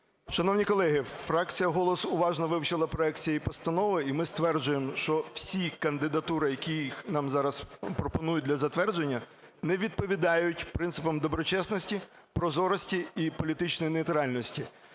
Шановні колеги, фракція "Голос" уважно вивчила проект цієї постанови. І ми стверджуємо, що всі кандидатури, яких нам зараз пропонують для затвердження, не відповідають принципам доброчесності, прозорості і політичної нейтральності.